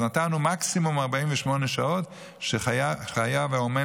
אז נתנו מקסימום 48 שעות שחייב האומן